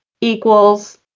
equals